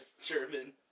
German